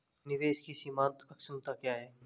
निवेश की सीमांत क्षमता क्या है?